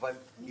יש